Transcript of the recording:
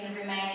remain